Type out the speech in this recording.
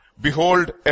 Behold